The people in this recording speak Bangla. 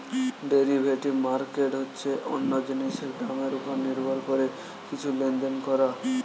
ডেরিভেটিভ মার্কেট হচ্ছে অন্য জিনিসের দামের উপর নির্ভর করে কিছু লেনদেন করা